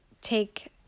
take